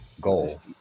goal